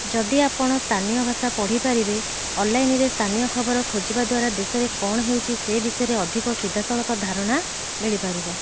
ଯଦି ଆପଣ ସ୍ଥାନୀୟ ଭାଷା ପଢ଼ିପାରିବେ ଅନଲାଇନ୍ରେ ସ୍ଥାନୀୟ ଖବର ଖୋଜିବା ଦ୍ୱାରା ଦେଶରେ କ'ଣ ହେଉଛି ସେ ବିଷୟରେ ଅଧିକ ସିଧାସଳଖ ଧାରଣା ମିଳିପାରିବ